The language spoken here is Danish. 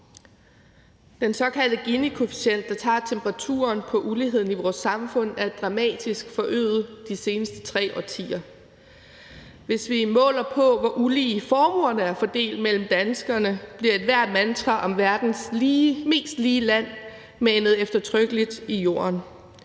Den såkaldte Ginikoefficient, der tager temperaturen på uligheden i vores samfund, er dramatisk forøget de seneste tre årtier. Hvis vi måler på, hvor ulige formuerne er fordelt mellem danskerne, bliver ethvert mantra om verdens mest lige land manet eftertrykkeligt i jorden.